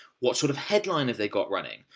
what sort of headline have they got running?